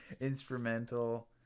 instrumental